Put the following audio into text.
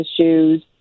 issues